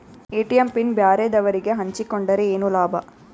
ATM PIN ಬ್ಯಾರೆದವರಗೆ ಹಂಚಿಕೊಂಡರೆ ಏನು ಲಾಭ?